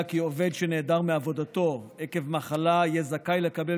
כי עובד שנעדר מעבודתו עקב מחלה יהיה זכאי לקבל